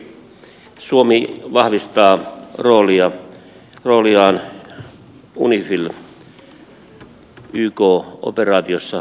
herra ministeri suomi vahvistaa rooliaan unifil yk operaatiossa li banonissa